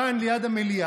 כאן, ליד המליאה,